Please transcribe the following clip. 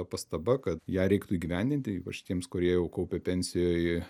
pastaba kad ją reiktų įgyvendinti ypač tiems kurie jau kaupia pensijoj